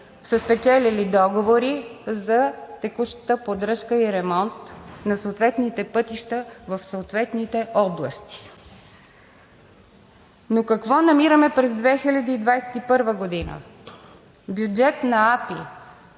спечелили договори за текуща поддръжка и ремонт на съответните пътища в съответните области. Какво намираме през 2021 г.? Бюджет на АПИ